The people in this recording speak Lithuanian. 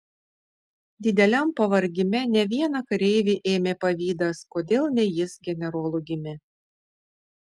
dideliam pavargime ne vieną kareivį ėmė pavydas kodėl ne jis generolu gimė